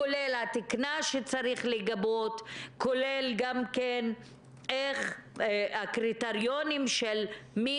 כולל התקינה שצריך לגבות; כולל גם את הקריטריונים של מי